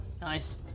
Nice